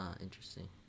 Interesting